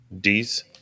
D's